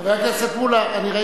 חבר הכנסת מולה, אני ראיתי.